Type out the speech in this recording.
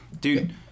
Dude